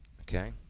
okay